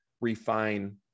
refine